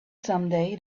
someday